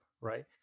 right